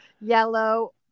Yellow